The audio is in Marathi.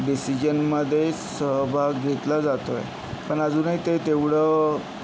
डिसिजनमध्ये सहभाग घेतला जातोय पण अजूनही ते तेवढं